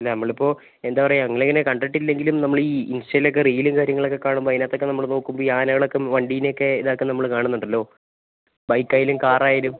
അല്ല നമ്മൾ ഇപ്പോൾ എന്താണ് പറയുക ഞങ്ങൾ ഇങ്ങനെ കണ്ടിട്ടില്ലെങ്കിലും നമ്മൾ ഈ ഇൻസ്റ്റായിലൊക്കെ റീൽ കാര്യങ്ങളൊക്കെ കാണുമ്പം അതിനകത്തൊക്കെ നമ്മൾ നോക്കുമ്പം ഈ ആനകളൊക്കെ വണ്ടീനെ ഒക്കെ ഇതാക്കുന്നത് നമ്മൾ കാണുന്നുണ്ടല്ലോ ബൈക്ക് ആയാലും കാർ ആയാലും